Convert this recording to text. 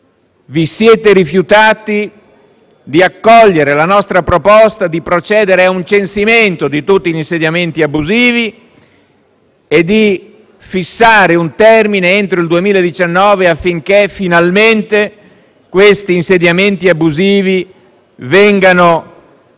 Vi siete rifiutati di accogliere la nostra proposta di procedere a un censimento di tutti gli insediamenti abusivi e di fissare un termine entro il 2019 affinché finalmente questi insediamenti abusivi vengano